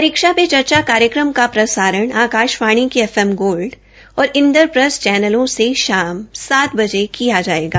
परीक्षा पे चर्चा कार्यक्रम का प्रसारण आकाशवाणी के एफ एम गोल्ड चैनल और इन्द्रप्रस्त चैनलो से शाम सात बजे किया जायेगा